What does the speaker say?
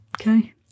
Okay